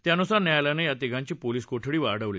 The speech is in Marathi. त्यानुसार न्यायालयानं या तिघांची पोलीस कोठडी वाढवली